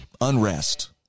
unrest